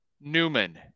Newman